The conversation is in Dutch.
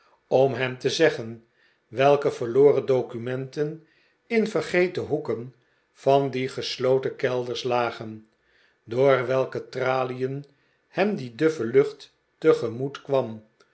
om hem te zeggen welke verloren documenten in vergeten hoeken van die gesloten kelders lagen door welker tralien hem die duffe lucht tegemoet kwam